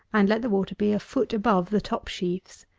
and let the water be a foot above the top sheaves.